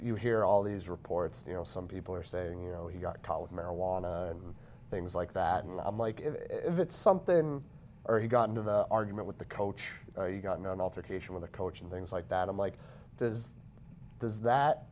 you hear all these reports you know some people are saying you know he got caught with marijuana things like that and i'm like if it's something or he got into the argument with the coach you got in an altercation with a coach and things like that i'm like does does that